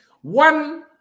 One